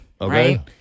Okay